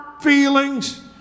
feelings